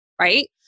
right